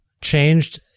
changed